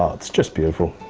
um it's just beautiful.